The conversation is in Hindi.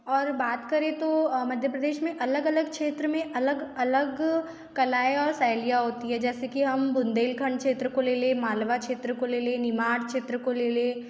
और बात करें तो मध्य प्रदेश में अलग अलग क्षेत्र में अलग अलग कलाएँ और शैलियाँ होती है जैसे कि हम बुंदेलखंड क्षेत्र को लेलें मालवा क्षेत्र को लेलें निमाड़ क्षेत्र को लेलें